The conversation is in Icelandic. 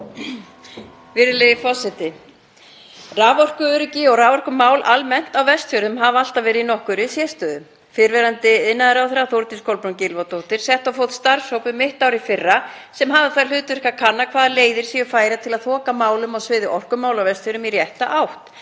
Virðulegi forseti. Raforkuöryggi og raforkumál almennt á Vestfjörðum hafa alltaf verið í nokkurri sérstöðu. Fyrrverandi iðnaðarráðherra, Þórdís Kolbrún Reykfjörð Gylfadóttir, setti á fót starfshóp um mitt ár í fyrra sem hafði það hlutverk að kanna hvaða leiðir væru færar til að þoka málum á sviði orkumála á Vestfjörðum í rétta átt